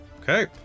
Okay